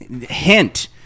hint